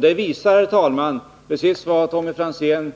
Det visar, precis som Tommy Franzén